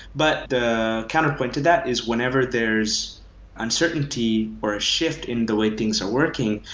but the counterpoint to that is whenever there's uncertainty or a shift in the way things are working,